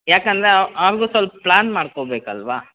ಯಾಕಂದರೆ ಅ ಅವ್ರಿಗೂ ಸ್ವಲ್ಪ ಪ್ಲ್ಯಾನ್ ಮಾಡ್ಕೊಬೇಕಲ್ವಾ